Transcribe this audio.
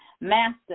Master